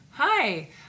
Hi